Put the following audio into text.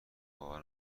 باور